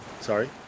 Sorry